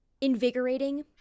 invigorating